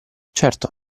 certo